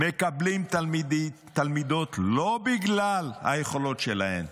מקבלים תלמידות לא בגלל היכולות שלהן,